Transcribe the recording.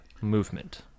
movement